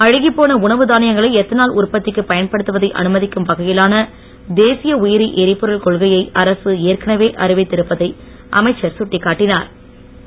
அழுகிப்போன உணவு தானியங்களை எத்தனுல் உற்பத்திக்கு பயன்படுத்துவதை அனுமதிக்கும் வகையிலான தேசிய உயிரி எரிபொருன் கொள்கையை அரசு ஏற்கனவே அறிவித்திருப்பதை அமைச்சர் கட்டிக்காட்டினுர்